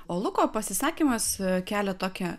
o luko pasisakymas kelia tokią